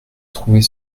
trouver